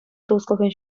туслӑхӗн